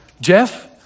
Jeff